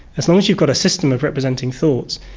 as long as you've got a system of representing thoughts,